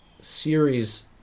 series